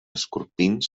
escorpins